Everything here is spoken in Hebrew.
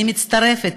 אני מצטרפת